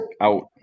out